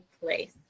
place